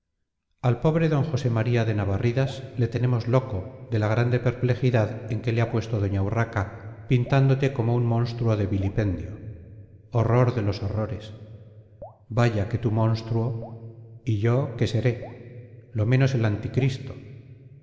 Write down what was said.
al pobre don josé m de navarridas le tenemos loco de la grande perplejidad en que le ha puesto doña urraca pintándote como un monstruo de vilipendio horror de los horrores vaya que tú monstruo y yo qué seré lo menos el anticristo